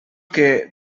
que